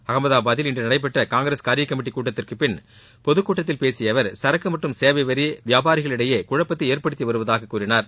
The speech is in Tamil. அகமதாபாதில் இன்று நடைபெற்ற காங்கிரஸ் காரியக் கமிட்டி கூட்டத்திற்கு பின் பொதுக் கூட்டத்தில் பேசிய அவர் சரக்கு மற்றும் சேவை வரி வியாபாரிகள் இடையே குழப்பத்தை ஏற்படுத்தி வருவதாக கூறினார்